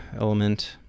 element